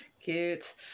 Cute